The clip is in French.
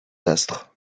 astres